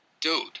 Dude